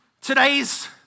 today's